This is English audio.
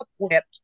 equipped